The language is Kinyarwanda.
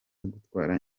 gutwara